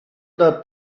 dal